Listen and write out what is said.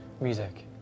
music